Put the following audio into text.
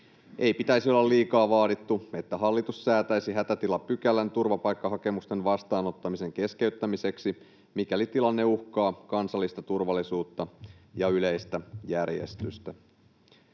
Ei pitäisi olla liikaa vaadittu, että hallitus säätäisi hätätilapykälän turvapaikkahakemusten vastaanottamisen keskeyttämiseksi, mikäli tilanne uhkaa kansallista turvallisuutta ja yleistä järjestystä.